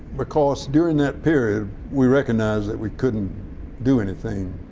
because during that period we recognized that we couldn't do anything.